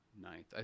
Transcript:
ninth